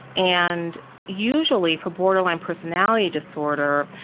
and usually for borderline personality disorder,